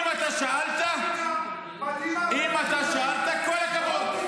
אם שאלת, אם אתה שאלת, כל הכבוד.